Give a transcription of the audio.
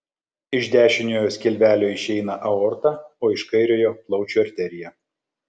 iš dešiniojo skilvelio išeina aorta o iš kairiojo plaučių arterija